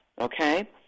okay